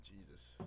Jesus